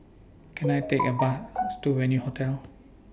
Can I Take A Bus to Venue Hotel